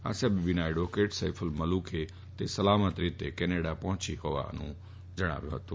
આસિયા બીબીના એડવોકેટ સૈફ્રલ મલૂકે તે સલામત રીતે કેનેડા પહોંચી હોવાનું જણાવ્યું હતું